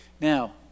now